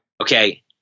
Okay